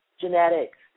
genetics